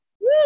Woo